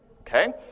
okay